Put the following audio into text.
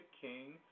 king